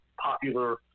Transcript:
popular